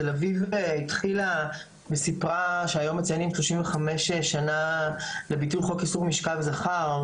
תל אביב התחילה וסיפרה שהיום מציינים 35 שנה לביטול חוק איסור משכב זכר.